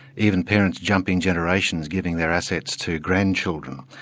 even parents jumping generations, giving their assets to grandchildren.